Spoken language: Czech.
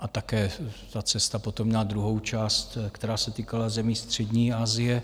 A také ta cesta potom měla druhou část, která se týkala zemí střední Asie.